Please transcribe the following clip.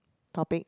topic